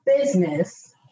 business